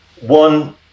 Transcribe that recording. one